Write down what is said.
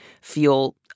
feel